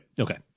Okay